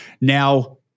now